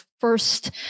first